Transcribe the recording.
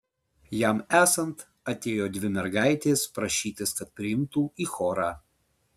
jam esant atėjo dvi mergaitės prašytis kad priimtų į chorą